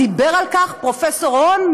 ודיבר על כך פרופ' רון,